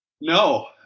No